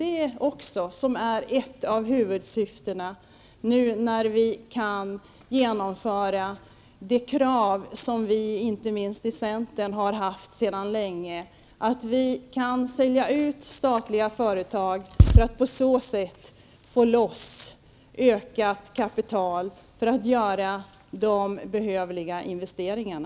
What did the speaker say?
Ett av huvudsyftena, när vi nu kan genomföra de krav som inte minst vi i centern har haft sedan länge, är att sälja ut statliga företag för att på så sätt få loss ökat kapital för att göra de behövliga investeringarna.